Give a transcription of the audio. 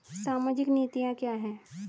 सामाजिक नीतियाँ क्या हैं?